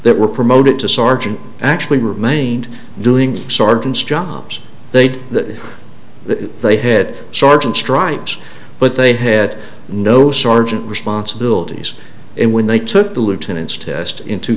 that were promoted to sergeant actually remained doing sergeants jobs they did that they had sergeant stripes but they had no sergeant responsibilities and when they took the lieutenants test in two